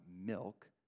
milk